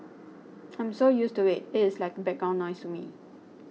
I'm so used to it it is like background noise to me